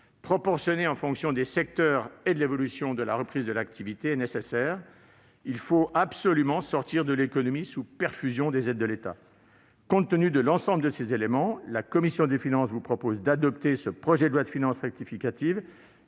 proportionnée en fonction des secteurs et de l'évolution de la reprise de leur activité, est nécessaire. Il faut sortir de l'économie « sous perfusion » des aides de l'État. Compte tenu de l'ensemble de ces éléments, la commission des finances vous propose d'adopter ce projet de loi de finances rectificative